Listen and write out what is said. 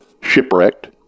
shipwrecked